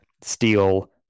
steal